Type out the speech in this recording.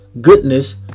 goodness